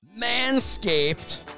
Manscaped